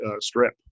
strip